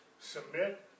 submit